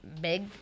big